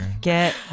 Get